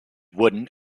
wooden